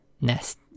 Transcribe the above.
nest